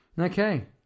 okay